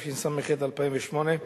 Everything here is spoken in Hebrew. התשס"ח 2008,